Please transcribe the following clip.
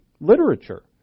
literature